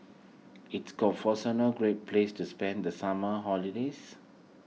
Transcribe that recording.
is a great place to spend the summer holidays